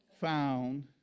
found